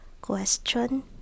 question